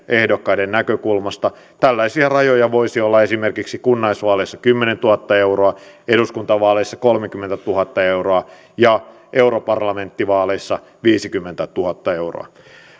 ehdokkaiden näkökulmasta tällaisia rajoja voisivat olla esimerkiksi kunnallisvaaleissa kymmenentuhatta euroa eduskuntavaaleissa kolmekymmentätuhatta euroa ja europarlamenttivaaleissa viisikymmentätuhatta euroa